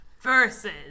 versus